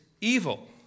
evil